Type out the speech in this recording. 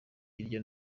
hirya